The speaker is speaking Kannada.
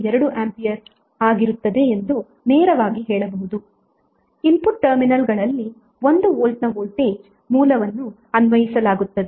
2 ಆಂಪಿಯರ್ ಆಗಿರುತ್ತದೆ ಎಂದು ನೇರವಾಗಿ ಹೇಳಬಹುದು ಇನ್ಪುಟ್ ಟರ್ಮಿನಲ್ಗಳಲ್ಲಿ 1 ವೋಲ್ಟ್ನ ವೋಲ್ಟೇಜ್ ಮೂಲವನ್ನು ಅನ್ವಯಿಸಲಾಗುತ್ತದೆ